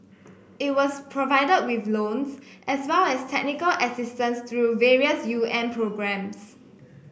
it was provided with loans as well as technical assistance through various UN programmes